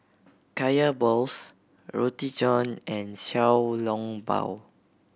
Kaya balls Roti John and Xiao Long Bao